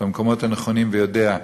במקומות הנכונים ויודע.